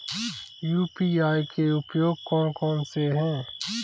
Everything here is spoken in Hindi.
यू.पी.आई के उपयोग कौन कौन से हैं?